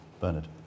Bernard